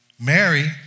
Mary